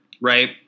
right